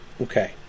Okay